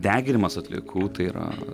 deginimas atliekų tai yra